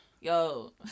Yo